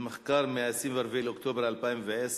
במחקר מ-24 באוקטובר 2010,